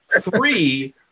three